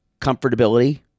comfortability